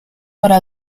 para